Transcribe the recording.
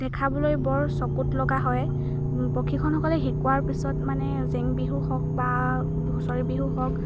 দেখাবলৈ বৰ চকুত লগা হয় প্ৰশিক্ষণসকলে শিকোৱাৰ পিছত মানে জেং বিহু হওক বা হুঁচৰি বিহু হওক